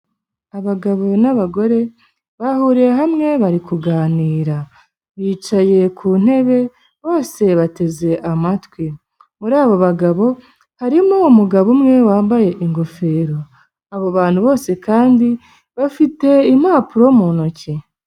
Abagabo n'abagore bahuriye hamwe bari kuganira, bicaye ku ntebe bose bateze amatwi, muri abo bagabo harimo umugabo umwe wambaye ingofero, abo bantu bose kandi bafite impapuro mu ntoki.